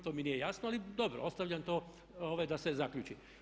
To mi nije jasno, ali dobro ostavljam to da se zaključi.